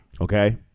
okay